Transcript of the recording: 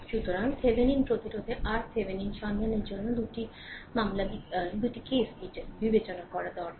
সুতরাং Thevenin প্রতিরোধের RThevenin সন্ধানের জন্য 2 টি কেস বিবেচনা করা দরকার